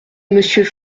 monsieur